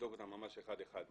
נבדוק אותם ממש אחד-אחד.